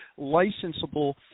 licensable